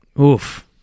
Oof